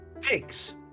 figs